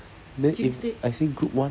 then if I say group one